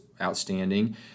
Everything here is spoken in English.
outstanding